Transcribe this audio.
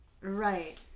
right